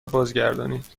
بازگردانید